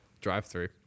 drive-through